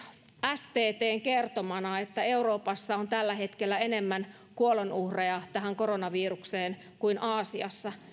sttn kertomana että euroopassa on tällä hetkellä enemmän kuolonuhreja tähän koronavirukseen kuin aasiassa